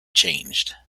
changed